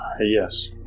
Yes